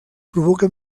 provoca